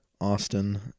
Austin